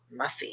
muffy